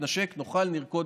נתנשק ונרקוד.